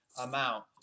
amount